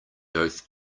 doth